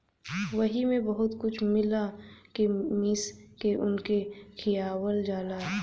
वही मे बहुत कुछ मिला के मीस के उनके खियावल जाला